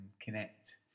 connect